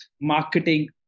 marketing